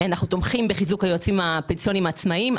אנחנו תומכים בחיזוק היועצים הפנסיוניים העצמאיים.